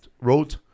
wrote